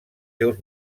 seus